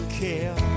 care